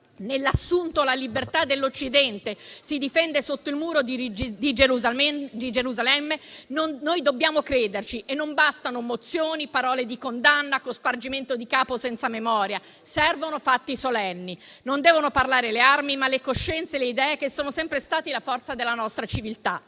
Nell'assunto che la libertà dell'Occidente si difende sotto il muro di Gerusalemme noi dobbiamo crederci. E non bastano mozioni, parole di condanna, cospargersi il capo di cenere, senza memoria: servono fatti solenni. Devono parlare non le armi, ma le coscienze e le idee, che sono sempre state la forza della nostra civiltà.